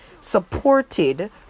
supported